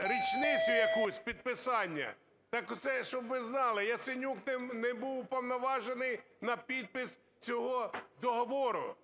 річницю якусь підписання, так оце щоб ви знали, Яценюк не був уповноважений на підпис цього договору.